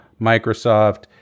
Microsoft